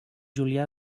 julià